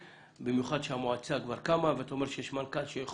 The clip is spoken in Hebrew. במיוחד שהמועצה כבר קמה ואתה אומר שיש מנכ"ל,